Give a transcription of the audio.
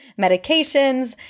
medications